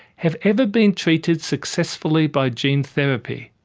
have ever been treated successfully by gene therapy,